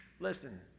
Listen